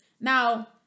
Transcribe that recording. Now